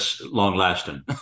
long-lasting